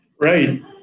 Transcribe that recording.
Right